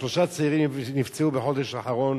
שלושה צעירים נפצעו בחודש האחרון